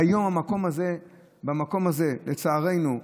והיום, במקום הזה, לצערנו,